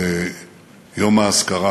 ליום האזכרה